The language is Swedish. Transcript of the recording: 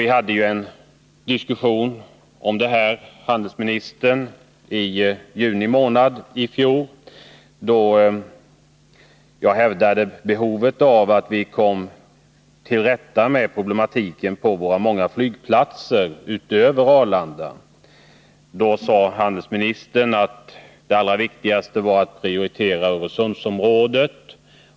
Jag hade en diskussion om det här med handelsministern i juni månad i fjol, då jag hävdade att det fanns ett betydande behov av att komma till rätta med narkotikaproblematiken på våra många flygplatser utöver Arlanda. Handelsministern sade att det allra viktigaste var att prioritera Öresundsområdet.